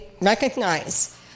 recognize